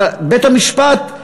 אבל בית-המשפט,